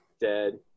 dead